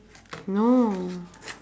no